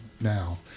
now